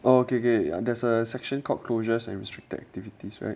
okay okay ya there's a section callled closure and restricted activities right